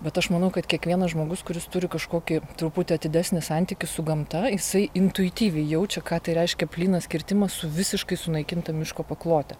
bet aš manau kad kiekvienas žmogus kuris turi kažkokį truputį atidesnį santykį su gamta jisai intuityviai jaučia ką tai reiškia plynas kirtimas su visiškai sunaikinta miško paklote